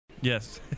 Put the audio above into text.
Yes